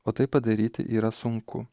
o tai padaryti yra sunku